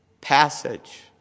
passage